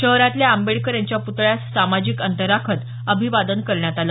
शहरातल्या आंबेडकर यांच्या प्तळ्यास सामाजिक अंतर राखत अभिवादन करण्यात आलं